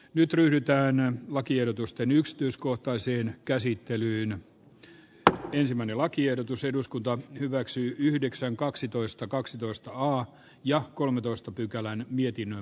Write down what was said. nyt ryhdytään lakiehdotusten yksityiskohtaiseen käsittelyyn ja ensimmäinen lakiehdotus eduskunta hyväksyi yhdeksän kaksitoista kaksitoista on jo kolmetoista arvoisa puhemies